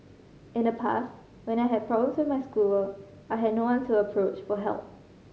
in the past when I had problems with my schoolwork I had no one to approach for help